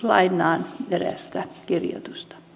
lainaan erästä kirjoitusta